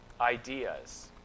ideas